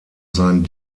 sein